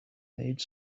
made